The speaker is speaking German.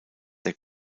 der